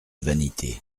vanité